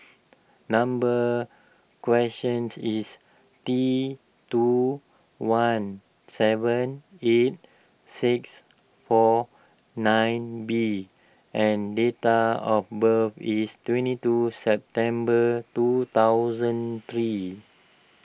number questions is T two one seven eight six four nine B and data of birth is twenty two September two thousand three